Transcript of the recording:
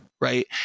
Right